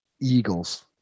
Eagles